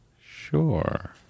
Sure